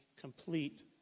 complete